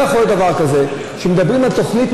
לא יכול להיות דבר כזה שמדברים על תוכנית